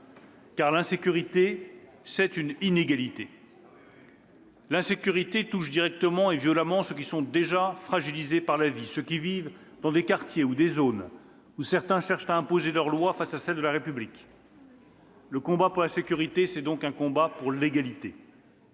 car l'insécurité est une inégalité. « L'insécurité touche directement et violemment ceux qui ont déjà été fragilisés par la vie, ceux qui vivent dans des quartiers ou des zones où certains cherchent à imposer leur loi face à celle de la République. Le combat pour la sécurité est donc un combat pour l'égalité.